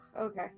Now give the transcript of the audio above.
Okay